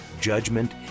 judgment